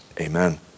Amen